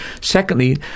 Secondly